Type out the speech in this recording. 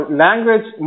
language